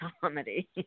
comedy